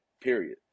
Period